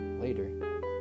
Later